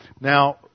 Now